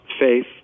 faith